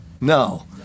No